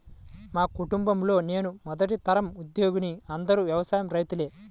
మా కుటుంబంలో నేనే మొదటి తరం ఉద్యోగిని అందరూ వ్యవసాయ రైతులే